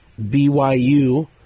BYU